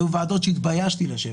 היו ישיבות שבהן התביישתי לשבת.